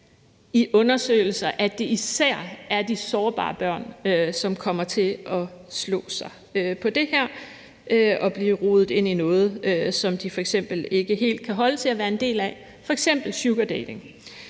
i undersøgelser, at det især er de sårbare børn, som kommer til at slå sig på det her og blive rodet ind i noget, som de f.eks. ikke helt kan holde til at være en del af, f.eks. sugardating.